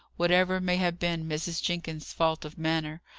whatever may have been mrs. jenkins's faults of manner,